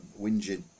whinging